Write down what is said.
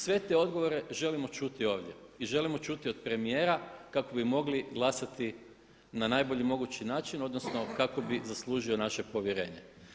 Sve te odgovore želimo čuti ovdje i želimo čuti od premijera kako bi mogli glasati na najbolji mogući način odnosno kako bi zaslužio naše povjerenje.